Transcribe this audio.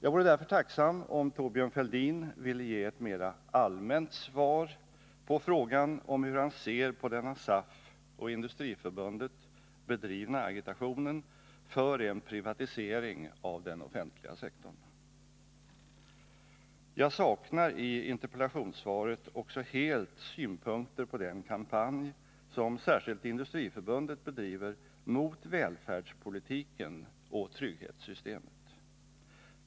Jag vore därför tacksam om Thorbjörn Fälldin ville ge ett mera allmänt svar på frågan om hur han ser på den av SAF och Industriförbundet bedrivna agitationen för en privatisering av den offentliga sektorn. Jag saknar i interpellationssvaret också helt synpunkter på den kampanj som särskilt Industriförbundet bedriver mot välfärdspolitiken och trygghetssystemet.